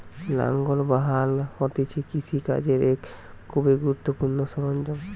লাঙ্গল বা হাল হতিছে কৃষি কাজের এক খুবই গুরুত্বপূর্ণ সরঞ্জাম